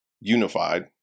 unified